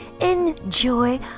Enjoy